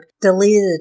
deleted